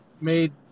made